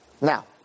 Now